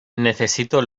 necesito